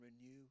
renew